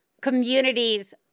communities